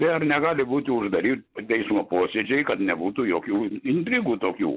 tai ar negali būti uždari teismo posėdžiai kad nebūtų jokių intrigų tokių